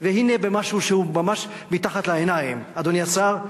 והנה במשהו שהוא ממש מתחת לעיניים, אדוני השר,